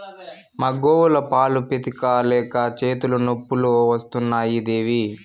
మా గోవుల పాలు పితిక లేక చేతులు నొప్పులు వస్తున్నాయి దేవీ